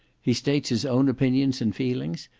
he states his own opinions and feelings,